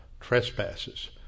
trespasses